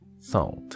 Salt